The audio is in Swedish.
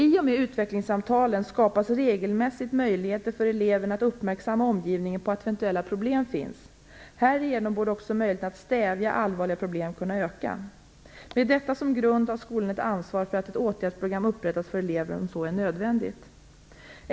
I och med utvecklingssamtalen skapas regelmässigt möjligheter för eleven att uppmärksamma omgivningen på problem som eventuellt finns. Härigenom borde också möjligheten att stävja allvarliga problem kunna öka. Med detta som grund har skolan ett ansvar för att ett åtgärdsprogram upprättas för eleven om så är nödvändigt.